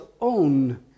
own